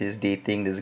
she's dating this